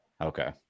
Okay